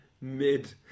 mid